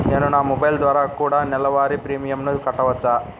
నేను నా మొబైల్ ద్వారా కూడ నెల వారి ప్రీమియంను కట్టావచ్చా?